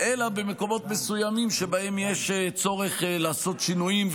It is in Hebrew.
אלא במקומות מסוימים שבהם יש צורך לעשות שינויים,